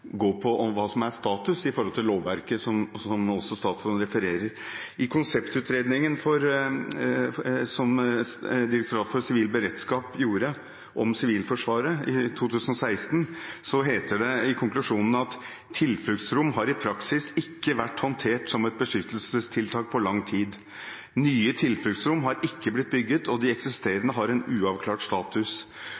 gå på hva som er status i forhold til lovverket, som også statsråden refererer til. I konseptutredningen som Direktoratet for sivil beredskap gjorde om Sivilforsvaret i 2016, heter det i konklusjonen at: «Tilfluktsrom har i praksis ikke vært håndtert som et beskyttelsestiltak på lang tid. Nye tilfluktsrom har ikke blitt bygget, og de